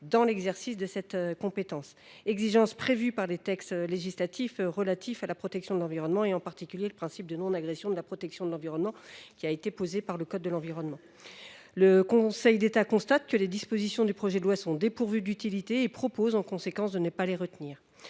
être exonéré du respect des exigences fixées par les textes législatifs relatifs à la protection de l’environnement, en particulier le principe de non régression de la protection de l’environnement posé par le code de l’environnement. Le Conseil d’État constate que les dispositions en cause sont dépourvues d’utilité et propose en conséquence de ne pas les retenir.